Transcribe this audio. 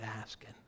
asking